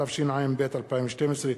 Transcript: התשע"ב 2012,